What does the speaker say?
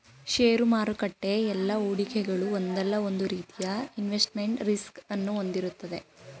ಷೇರು ಮಾರುಕಟ್ಟೆ ಎಲ್ಲಾ ಹೂಡಿಕೆಗಳು ಒಂದಲ್ಲ ಒಂದು ರೀತಿಯ ಇನ್ವೆಸ್ಟ್ಮೆಂಟ್ ರಿಸ್ಕ್ ಅನ್ನು ಹೊಂದಿರುತ್ತದೆ